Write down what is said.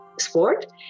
sport